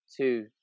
Two